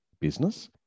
business